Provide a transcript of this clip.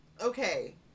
okay